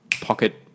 Pocket